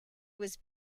was